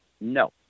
No